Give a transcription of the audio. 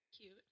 Cute